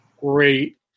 great